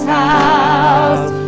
house